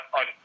on